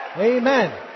Amen